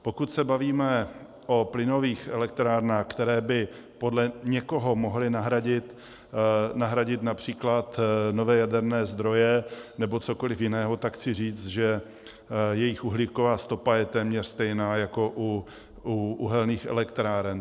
Pokud se bavíme o plynových elektrárnách, které by podle někoho mohly nahradit například nové jaderné zdroje nebo cokoliv jiného, tak chci říct, že jejich uhlíková stopa je téměř stejná jako u uhelných elektráren.